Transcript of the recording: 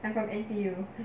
I'm from N_T_U